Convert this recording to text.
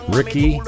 Ricky